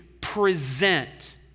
present